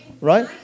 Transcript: right